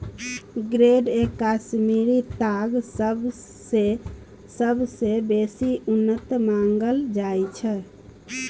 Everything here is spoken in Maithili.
ग्रेड ए कश्मीरी ताग सबसँ बेसी उन्नत मानल जाइ छै